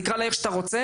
תקרא לה איך שאתה רוצה,